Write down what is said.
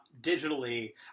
digitally